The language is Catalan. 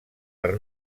per